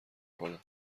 کنم